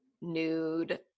nude